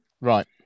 Right